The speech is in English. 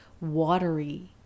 watery